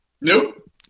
Nope